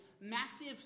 massive